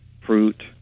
fruit